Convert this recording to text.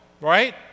right